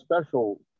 special